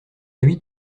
huit